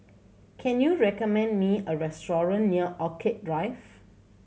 can you recommend me a restaurant near Orchid Drive